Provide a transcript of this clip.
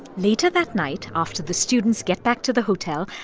later that night, after the students get back to the hotel,